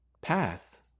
path